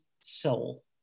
soul